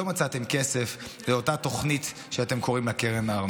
לא מצאתם כסף לאותה תוכנית שאתם קוראים לה קרן הארנונה.